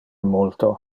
multo